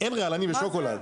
אין רעלנים בשוקולד.